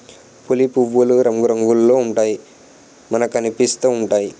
పులి పువ్వులు రంగురంగుల్లో ఉంటూ మనకనిపిస్తా ఉంటాయి